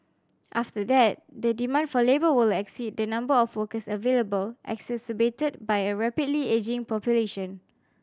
after that the demand for labour will exceed the number of workers available exacerbated by a rapidly ageing population